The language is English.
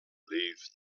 leafed